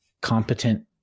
competent